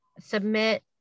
submit